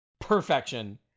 perfection